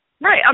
Right